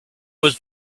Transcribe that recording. was